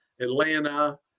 Atlanta